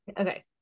Okay